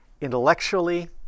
intellectually